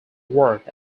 worked